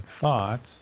thoughts